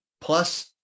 plus